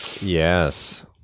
Yes